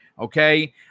Okay